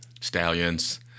Stallions